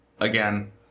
again